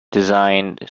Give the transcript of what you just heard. designed